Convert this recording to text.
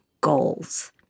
goals